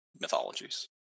mythologies